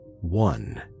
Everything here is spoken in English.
one